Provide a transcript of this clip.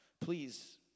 Please